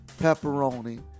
pepperoni